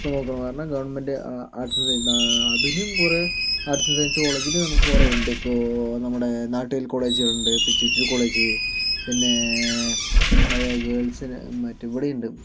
ഇപ്പോൾ നോക്കണം കാരണം ഗവൺമെൻറ് ആർട്സ് സയൻസ് അതിനും കുറേ ആർട്സ് സയൻസ് കോളേജിൽ നമുക്ക് കുറേയുണ്ടിപ്പോൾ നമ്മുടെ നാട്ടിയൽ കോളേജുകളുണ്ട് ഇപ്പോൾ ജൂജിൽ കോളേജ് പിന്നേ ഗേൾസിന് മറ്റെ ഇവിടെയുണ്ട്